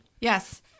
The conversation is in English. Yes